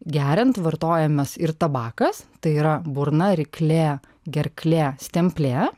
geriant vartojamas ir tabakas tai yra burna ryklė gerklė stemplė